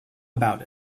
about